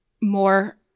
more